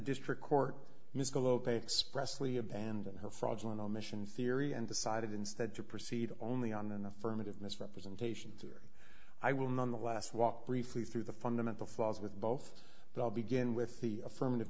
district court miscall ok expressively abandoned her fraudulent omissions theory and decided instead to proceed only on the affirmative misrepresentations or i will nonetheless walk briefly through the fundamental flaws with both but i'll begin with the affirmative